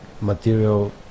material